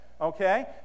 Okay